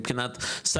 מבחינת,